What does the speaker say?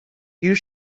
you